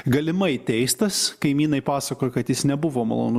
galimai teistas kaimynai pasakojo kad jis nebuvo malonu